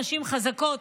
נשים חזקות,